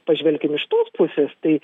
pažvelkim iš tos pusės tai